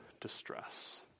distress